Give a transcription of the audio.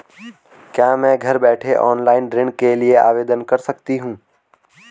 क्या मैं घर बैठे ऑनलाइन ऋण के लिए आवेदन कर सकती हूँ?